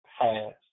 past